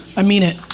i mean it,